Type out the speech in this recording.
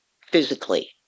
physically